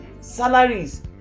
salaries